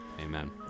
Amen